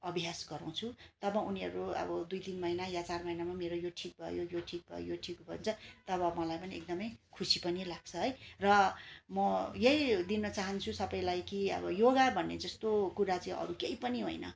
अभियास गराउँछु तब उनीहरू अब दुई तिन महिना या चार महिनामा मेरो यो ठिक भयो यो ठिक भयो भन्छ तब मलाई पनि एकदमै खुसी पनि लाग्छ है र म यही दिनु चाहन्छु सबैलाई कि अब योगा भन्ने जस्तो कुरा चाहिँ अरू केही पनि होइन